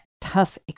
tough